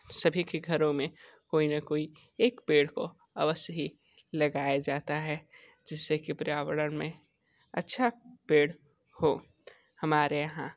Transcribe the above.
सभी के घरों में कोई न कोई एक पेड़ को अवश्य ही लगाया जाता है जिससे कि पर्यावरण में अच्छा पेड़ हो हमारे यहाँ